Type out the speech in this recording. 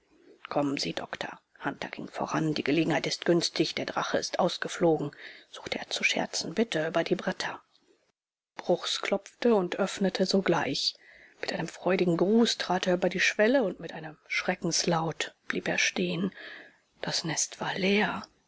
kommen sie doktor hunter ging voran die gelegenheit ist günstig der drache ist ausgeflogen suchte er zu scherzen bitte über die bretter bruchs klopfte und öffnete sogleich mit einem freudigen gruß trat er über die schwelle und mit einem schreckenslaut blieb er stehen das nest war leer